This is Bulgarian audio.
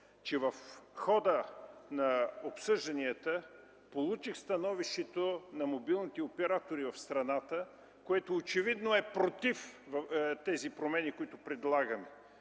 че в хода на обсъжданията получих становището на мобилните оператори в страната, което очевидно е против тези промени, които предлагаме.